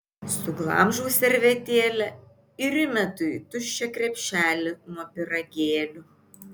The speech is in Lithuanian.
suglamžau servetėlę ir įmetu į tuščią krepšelį nuo pyragėlių